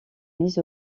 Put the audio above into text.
mises